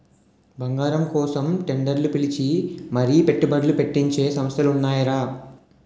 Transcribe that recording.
బంగారం కోసం టెండర్లు పిలిచి మరీ పెట్టుబడ్లు పెట్టించే సంస్థలు ఉన్నాయిరా